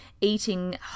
eating